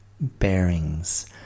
bearings